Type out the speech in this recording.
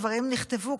הדברים נכתבו,